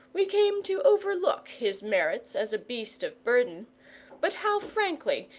we came to overlook his merits as a beast of burden but how frankly,